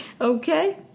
Okay